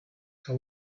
how